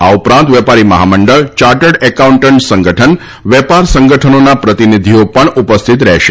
આ ઉપરાંત વેપારી મહામંડળ ચાર્ટર્ડ એકાઉન્ટન્ટ સંગઠન વેપાર સંગઠનોના પ્રતિનિધિઓ પણ ઉપસ્થિત રહેશે